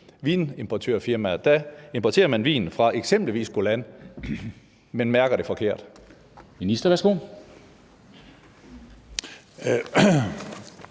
vinimportfirmaer importerer vin fra eksempelvis Golan, men mærker det forkert.